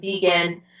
vegan